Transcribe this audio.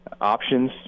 options